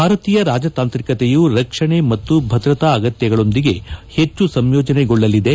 ಭಾರತೀಯ ರಾಜತಾಂತ್ರಿಕತೆಯು ರಕ್ಷಣೆ ಮತ್ತು ಭದ್ರತಾ ಅಗತ್ತಗಳೊಂದಿಗೆ ಹೆಚ್ಚು ಸಂಯೋಜನೆಗೊಳ್ಳಲಿದೆ